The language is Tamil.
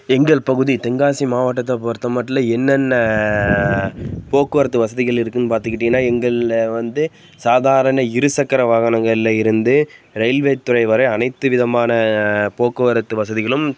எங்கள் பகுதி தென்காசி மாவட்டத்தை பொறுத்தமட்டில் என்னென்ன போக்குவரத்து வசதிகள் இருக்குதுன்னு பார்த்துக்கிட்டிங்கன்னா எங்களில் வந்து சாதாரண இருசக்கர வாகனங்களில் இருந்து ரயில்வே துறை வரை அனைத்து விதமான போக்குவரத்து வசதிகளும்